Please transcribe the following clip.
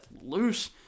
loose